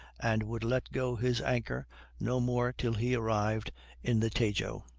and would let go his anchor no more till he arrived in the tajo.